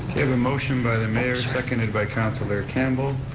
have a motion by the mayor, seconded by councilor campbell.